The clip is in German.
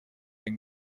den